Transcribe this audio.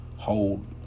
hold